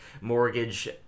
mortgage